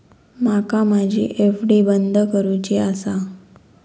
माका माझी एफ.डी बंद करुची आसा